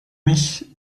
mich